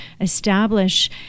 establish